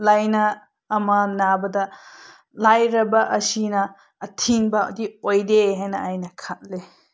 ꯂꯥꯏꯅꯥ ꯑꯃ ꯅꯥꯕꯗ ꯂꯥꯏꯔꯕ ꯑꯁꯤꯅ ꯑꯊꯤꯡꯕꯗꯤ ꯑꯣꯏꯗꯦ ꯍꯥꯏꯅ ꯑꯩꯅ ꯈꯜꯂꯤ